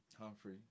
Humphrey